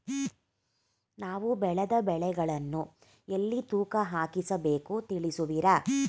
ನಾವು ಬೆಳೆದ ಬೆಳೆಗಳನ್ನು ಎಲ್ಲಿ ತೂಕ ಹಾಕಿಸ ಬೇಕು ತಿಳಿಸುವಿರಾ?